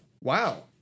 wow